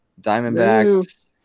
Diamondbacks